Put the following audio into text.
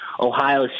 Ohio